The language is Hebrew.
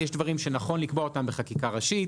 יש דברים שנכון לקבוע אותם בחקיקה ראשית,